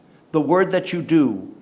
the word that you do,